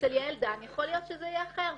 אצל יעל דן יכול להיות שזה יהיה אחר.